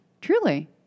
Truly